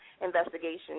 investigation